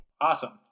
Awesome